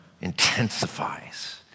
intensifies